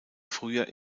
früher